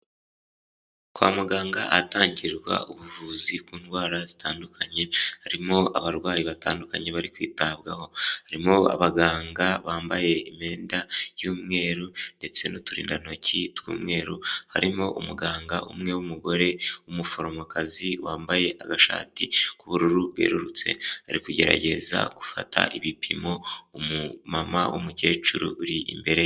Kwa muganga atangirwa ubuvuzi ku ndwara zitandukanye, harimo abarwayi batandukanye bari kwitabwaho, harimo abaganga bambaye imyenda y'umweru ndetse n'uturindantoki tw'umweru, harimo umuganga umwe w'umugore w'umuforomokazi wambaye agashati k'ubururu bwerurutse ari kugerageza gufata ibipimo umumama w'umukecuru uri imbere ye.